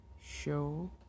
show